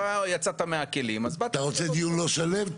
לא יצאת מהכלים אז באתי --- אתה רוצה דיון לא שלו,